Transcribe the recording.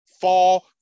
fall